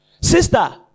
Sister